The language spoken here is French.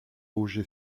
logé